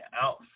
out